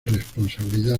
responsabilidad